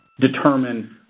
determine